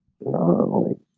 No